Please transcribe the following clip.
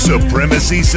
Supremacy